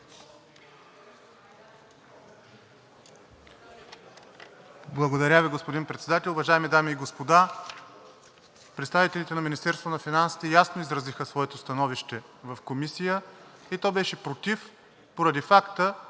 Благодаря Ви, господин Председател. Уважаеми дами и господа, представителите на Министерството на финансите ясно изразиха своето становище в Комисията и то беше против, поради факта,